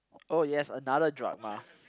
oh yes another drama